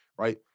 right